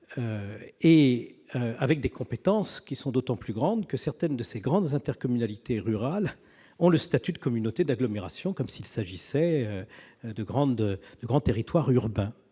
et avec des compétences d'autant plus grandes que certaines de ces grandes intercommunalités rurales ont le statut de communauté d'agglomération, comme s'il s'agissait de grands territoires urbains.